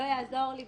לא יעזור לי,